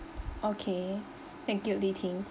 okay thank you Li-Ting